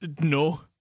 No